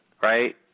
right